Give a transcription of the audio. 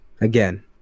again